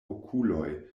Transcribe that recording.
okuloj